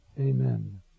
Amen